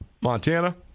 Montana